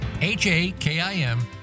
H-A-K-I-M